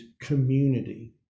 community